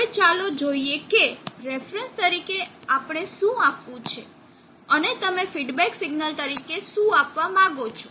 હવે ચાલો જોઈએ કે રેફરન્સ તરીકે આપણે શું આપવું છે અને તમે ફીડબેક સિગ્નલ તરીકે શું આપવા માંગો છો